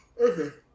okay